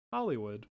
Hollywood